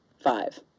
five